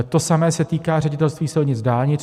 To samé se týká Ředitelství silnic a dálnic.